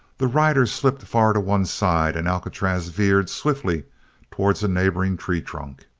the rider slipped far to one side and alcatraz veered swiftly towards a neighboring tree trunk.